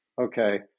okay